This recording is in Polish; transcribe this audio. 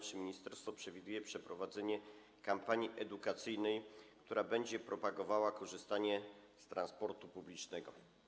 Czy ministerstwo przewiduje przeprowadzenie kampanii edukacyjnej, która będzie propagowała korzystanie z transportu publicznego?